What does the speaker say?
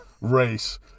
race